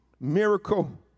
miracle